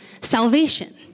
salvation